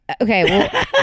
Okay